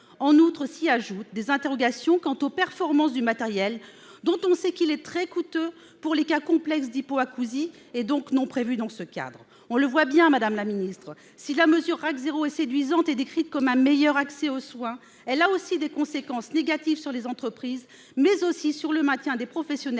En outre, s'y ajoutent des interrogations quant aux performances du matériel, dont on sait qu'il est très coûteux pour les cas complexes d'hypoacousie, donc qu'il n'est pas prévu dans ce cadre. On le voit bien, madame la ministre, si la mesure RAC 0 est séduisante et décrite comme un meilleur accès aux soins, elle a aussi des conséquences négatives sur les entreprises, mais aussi sur le maintien des professionnels